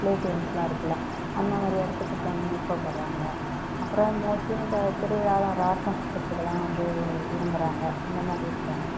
ப்ளேட்டிங்ஸ்லாம் இருக்குல்ல அந்தமாதிரி இடத்துக்கு போகணுன்னு விருப்பப்படுறாங்க அப்புறம் மோஸ்ட்லி இந்த திருவிழாவில ராட்டினம் சுற்றுறதுக்குலாம் வந்து விரும்புறாங்க அந்த மாரி இருக்காங்க